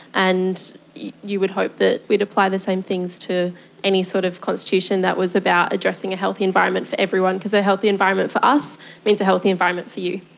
and you would hope that we'd apply the same things to any sort of constitution that was about addressing a healthy environment for everyone, because a healthy environment for us means a healthy environment for you.